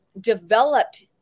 developed